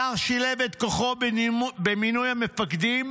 השר שילב את כוחו במינוי המפקדים,